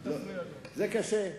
זה קשה.